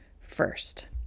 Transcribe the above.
first